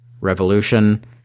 revolution